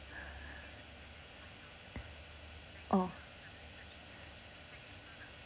oh